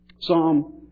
Psalm